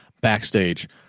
backstage